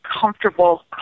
comfortable